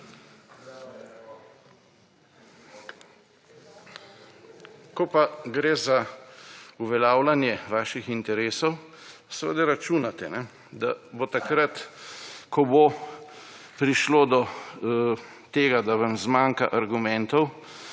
Ko pa gre za uveljavljanje vaših interesov, seveda računate, da bo takrat, ko bo prišlo do tega, da vam zmanjka argumentov,